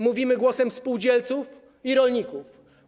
Mówimy głosem spółdzielców i rolników.